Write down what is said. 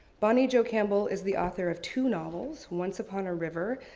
bonnie jo campbell is the author of two novels. once upon a river,